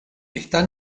está